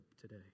today